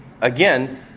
again